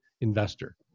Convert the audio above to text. investor